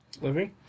Living